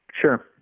Sure